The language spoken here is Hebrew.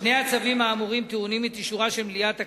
שני הצווים האמורים טעונים אישורה של מליאת הכנסת.